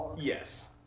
Yes